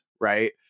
Right